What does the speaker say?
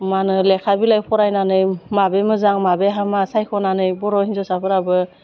मा होनो लेखा बिलाइ फरायनानै माबे मोजां माबे हामा सायख'नानै बर' हिन्जावसाफोराबो